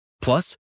Plus